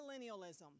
millennialism